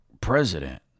president